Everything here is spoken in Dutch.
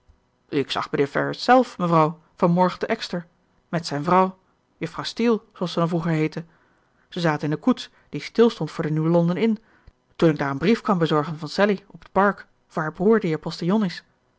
ik zag mijnheer ferrars zelf mevrouw van morgen te exeter met zijn vrouw juffrouw steele zooals ze dan vroeger heette ze zaten in een koets die stil stond voor de new london inn toen ik daar een brief kwam bezorgen van sally op het park voor haar broer die er postillon is